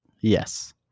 Yes